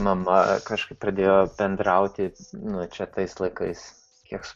mama kažkaip pradėjo bendrauti nu čia tais laikais kiek